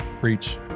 preach